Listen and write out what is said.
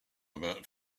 about